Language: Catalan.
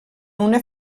una